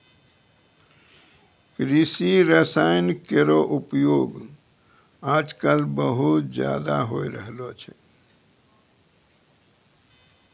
कृषि रसायन केरो उपयोग आजकल बहुत ज़्यादा होय रहलो छै